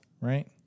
right